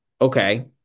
okay